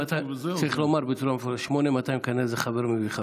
צריך לומר במפורש: 8200 זה כנראה חבר מביא חבר.